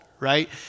Right